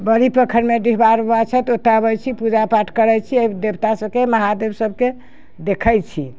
बोड़ी पोखरिमे डिहबार बाबा छथि ओतऽ आबै छी पूजा पाठ करै छी अइ दवता सभके महादेव सभके देखै छी